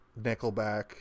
Nickelback